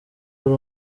wari